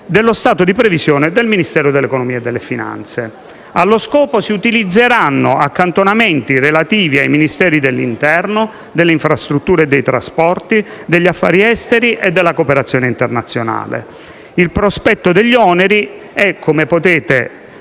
dello stato di previsione del Ministero dell'economia e delle finanze. Allo scopo, si utilizzeranno accantonamenti relativi ai Ministeri dell'interno, delle infrastrutture e dei trasporti, degli affari esteri e della cooperazione internazionale. Il prospetto degli oneri, come potete